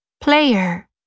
player